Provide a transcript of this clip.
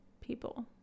people